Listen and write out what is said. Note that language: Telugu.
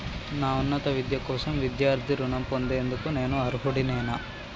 నా ఉన్నత విద్య కోసం విద్యార్థి రుణం పొందేందుకు నేను అర్హుడినేనా?